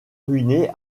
ruiné